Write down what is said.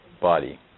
body